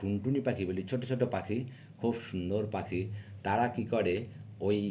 টুনটুনি পাখি বলি ছোট ছোট পাখি খুব সুন্দর পাখি তারা কী করে ওই